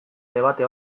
debate